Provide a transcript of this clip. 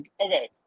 okay